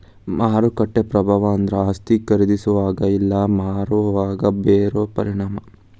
ಮಾರುಕಟ್ಟೆ ಪ್ರಭಾವ ಅಂದ್ರ ಆಸ್ತಿ ಖರೇದಿಸೋವಾಗ ಇಲ್ಲಾ ಮಾರೋವಾಗ ಬೇರೋ ಪರಿಣಾಮ